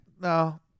no